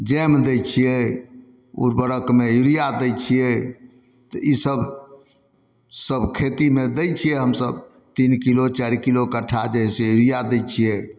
जाहिमे दै छियै उर्वरकमे यूरिया दै छियै तऽ ईसब सब खेतीमे दै छियै हमसब तीन किलो चारि किलो कट्ठा जे है से यूरिया दै छियै